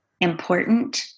important